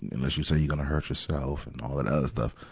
unless you say you gonna hurt yourself, and all that other stuff.